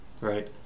right